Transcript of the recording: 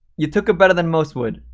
you took it better than most would,